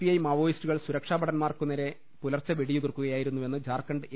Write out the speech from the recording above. I മാവോയിസ്റ്റുകൾ സുരക്ഷാ ഭടന്മാർക്കുനേരെ പുലർച്ചെ വെടിയുതിർക്കുകയായിരുന്നുവെന്ന് ഝാർഖണ്ഡ് എ